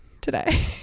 today